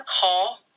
call